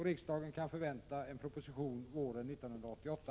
Riksdagen kan förvänta en proposition våren 1988.